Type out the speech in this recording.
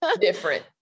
different